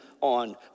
on